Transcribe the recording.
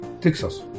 Texas